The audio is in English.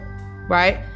right